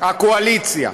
הקואליציה.